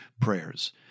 prayers